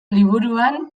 liburuan